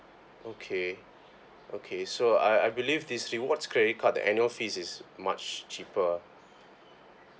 okay okay so I I believe this rewards credit card the annual fees is much cheaper